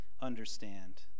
understand